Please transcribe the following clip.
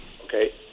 Okay